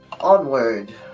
Onward